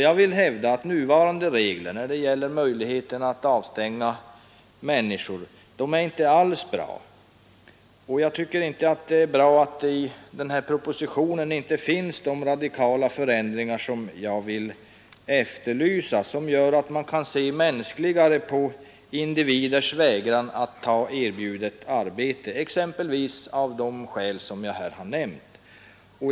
Jag vill hävda att de nuvarande reglerna, som ger möjligheter att avstänga människorna, inte alls är bra. Det är inte heller bra att det inte i propositionen vidtagits några radikala förändringar i den riktning som jag efterlyser, vilka skulle göra att man kunde se mänskligare på individers vägran att anta erbjudet arbete, exempelvis av de skäl som jag här har nämnt.